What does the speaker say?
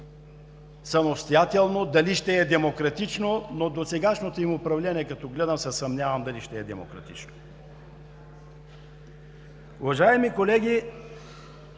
самостоятелно. Дали ще е демократично? Като гледам досегашното им управление, се съмнявам дали ще е демократично. Уважаеми колеги,